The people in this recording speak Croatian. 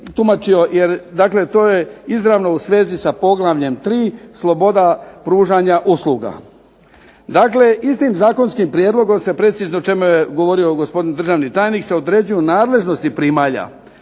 tumačio jer dakle to je izravno u svezi sa poglavljem 3. – Sloboda pružanja usluga. Dakle, istim zakonskim prijedlogom se precizno o čemu je govorio gospodin državni tajnik se određuju nadležnosti primalja.